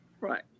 Right